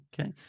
okay